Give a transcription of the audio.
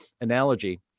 analogy